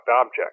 object